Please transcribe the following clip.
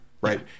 right